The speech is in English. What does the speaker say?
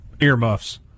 earmuffs